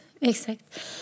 Exact